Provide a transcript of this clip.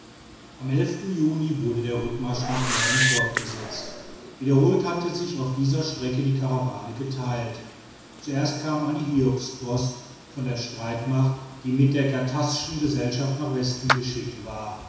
am juni wurde der rückmarsch nach norden fortgesetzt wiederholt hat sich auf dieser strecke die karawane geteilt zuerst kam eine hiobspost von der streitmacht die mit der ghattasschen gesellschaft nach westen geschickt war